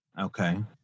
okay